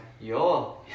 yo